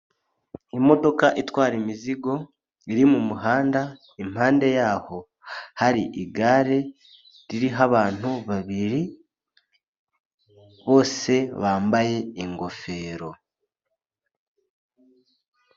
Imodoka itwara imizigo iri mu muhanda, impande yaho har' igare ririho abantu babiri bose bambaye ingofero.